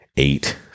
Eight